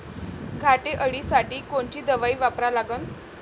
घाटे अळी साठी कोनची दवाई वापरा लागन?